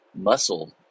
muscle